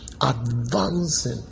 advancing